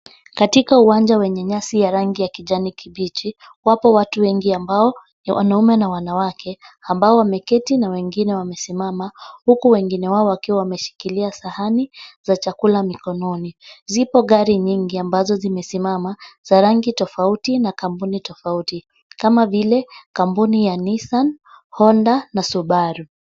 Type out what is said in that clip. Katika uwanja wenye nyasi ya rangi ya kijani kibichi wapo watu wengi ambao wanaume na wanawake ambao wameketi na wengine wamesimama huku wengine wao wakiwa wameshikilia sahani za chakula mikononi. Zipo gari nyingi ambazo zimesimama za rangi tofauti na kampuni tofauti kama vile kampuni ya Nissan, Honda na Subaru.